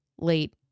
late